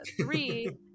three